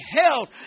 held